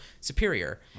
Superior